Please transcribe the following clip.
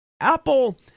Apple